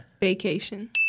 Vacation